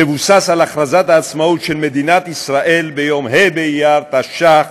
מבוסס על הכרזת העצמאות של מדינת ישראל ביום ה' באייר תש"ח: